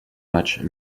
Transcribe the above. matchs